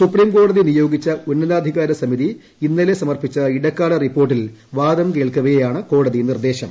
സുപ്രീംകോടതി നിയോഗിച്ച ഉന്നതാധികാര സമിതി ഇന്നലെ സമർപ്പിച്ച ഇടക്കാല റിപ്പോർട്ടിൽ വാദം കേൾക്കവെയാണ് കോടതി നിർദ്ദേശം